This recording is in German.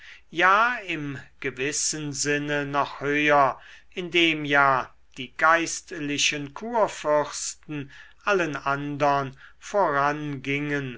ja im gewissen sinne noch höher indem ja die geistlichen kurfürsten allen andern vorangingen